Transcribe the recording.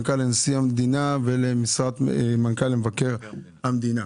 לנשיא המדינה ולמבקר המדינה.